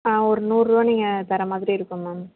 ஆ ஒரு நூறுரூவா நீங்கள் தரமாதிரி இருக்கும் மேம்